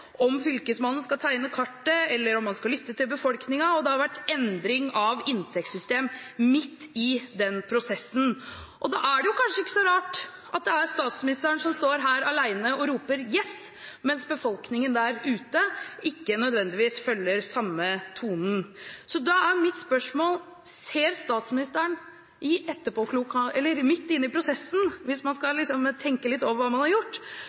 om Fylkesmannen skal tegne kartet eller om han skal lytte til befolkningen, og det har vært endring av inntektssystem midt i den prosessen. Da er det kanskje ikke så rart at det er statsministeren som står her alene og roper «yess», mens befolkningen der ute ikke nødvendigvis følger samme tonen. Så da er mitt spørsmål: Ser statsministeren midt inne i prosessen, hvis man skal tenke litt over hva man har gjort,